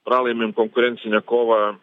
pralaimim konkurencinę kovą kosmoso